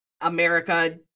america